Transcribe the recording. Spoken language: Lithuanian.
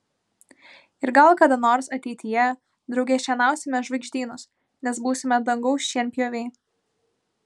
ir gal kada nors ateityje drauge šienausime žvaigždynus nes būsime dangaus šienpjoviai